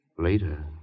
later